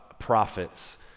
prophets